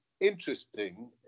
interesting